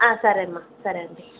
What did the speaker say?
ఆ సరే అమ్మా సరే అండి